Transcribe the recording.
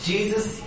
Jesus